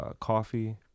coffee